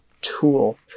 tool